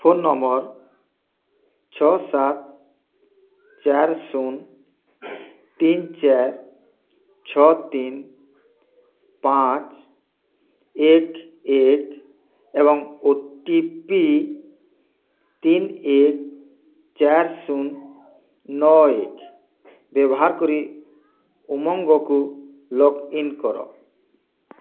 phone number ଛଅ ସାତ ଚାରି ଶୂନ ତିନି ଚାରି ଛଅ ତିନି ପାଞ୍ଚ ଏକ ଏକ ଏବଂ ଓ ଟି ପି ତିନି ଏକ ଚାରି ଶୂନ ନଅ ଏକ ବ୍ୟବହାର କରି ଉମଙ୍ଗକୁ ଲଗ୍ଇନ୍ କର